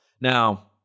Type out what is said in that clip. Now